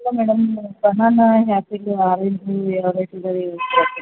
hello madam banana apple orange ಯಾವ rate ಇದ್ದಾವೆ ಹೇಳ್ತಿರಾ